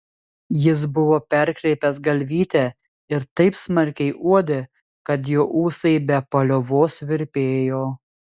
jis buvo perkreipęs galvytę ir taip smarkiai uodė kad jo ūsai be paliovos virpėjo